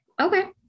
Okay